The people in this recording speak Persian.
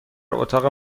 اتاق